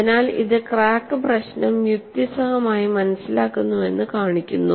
അതിനാൽ ഇത് ക്രാക്ക് പ്രശ്നം യുക്തിസഹമായി മനസ്സിലാക്കുന്നുവെന്ന് കാണിക്കുന്നു